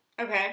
Okay